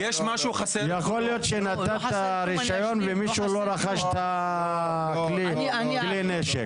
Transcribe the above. יכול להיות שנתת רישיון ומישהו לא רכש את כלי הנשק?